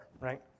right